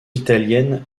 italienne